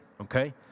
okay